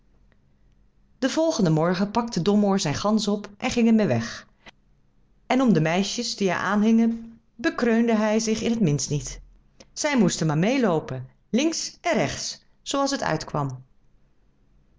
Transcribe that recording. den volgenden morgen pakte domoor zijn gans op en ging er meê weg en om de meisjes die er aanhingen bekreunde hij zich in het minst niet zij moesten maar meêloopen links en rechts zooals het uitkwam